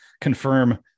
confirm